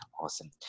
Awesome